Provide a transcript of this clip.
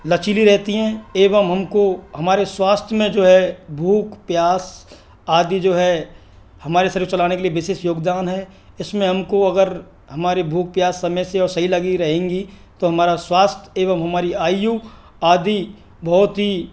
लचीली रहती हैं एवं हमको हमारे स्वास्थ्य में जो है भूख प्यास आदि जो है हमारे शरीर को चलाने के लिए विशेष योगदान है इसमें हमको अगर हमारी भूख प्यास समय से और सही लगी रहेगी तो हमारा स्वास्थ्य हमारी आयु आदि बहुत ही